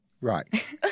Right